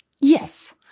Yes